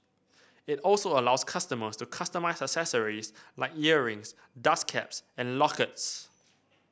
it also allows customers to customise accessories like earrings dust caps and lockets